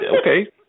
okay